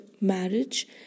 marriage